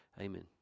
Amen